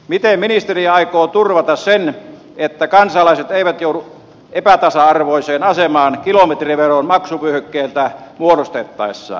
miten ministeri aikoo turvata sen että kansalaiset eivät joudu epätasa arvoiseen asemaan kilometriveron maksuvyöhykkeitä muodostettaessa